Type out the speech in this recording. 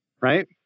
Right